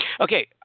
Okay